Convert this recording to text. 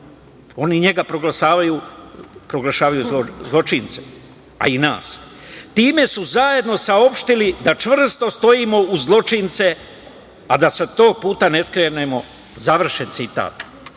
oni njega proglašavaju zločincem, a i nas, „time su zajedno saopštili da čvrsto stojimo uz zločince, a da sa tog puta ne skrenemo“, završen